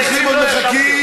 הנכים עוד מחכים,